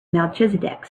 melchizedek